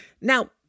Now